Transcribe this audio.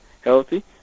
healthy